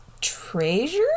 treasure